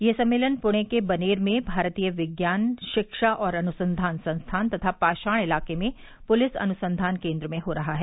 यह सम्मेलन पूर्ण के बनेर में भारतीय विज्ञान शिक्षा और अनुसंधान संस्थान तथा पाषाण इलाके में पुलिस अनुसंधान केंद्र में हो रहा है